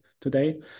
today